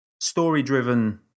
story-driven